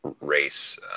race